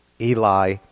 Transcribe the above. Eli